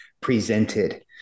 presented